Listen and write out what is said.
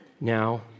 Now